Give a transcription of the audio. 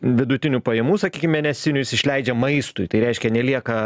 vidutinių pajamų sakykim mėnesinių jis išleidžia maistui tai reiškia nelieka